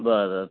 बरं